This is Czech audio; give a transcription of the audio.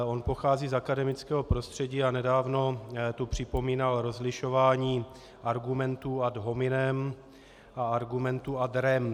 On pochází z akademického prostředí a nedávno tu připomínal rozlišování argumentů ad hominem a argumentů ad rem.